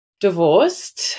divorced